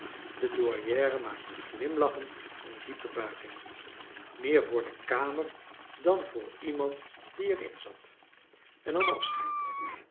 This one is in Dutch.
de douairiere maakte glimlachend eeen diepe buiging meer voor de kamer dan voor iemand die er in zat en nam afscheid